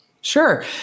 Sure